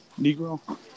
Negro